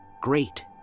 Great